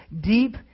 deep